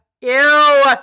ew